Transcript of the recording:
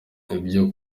ibyo